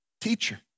Teacher